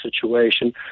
situation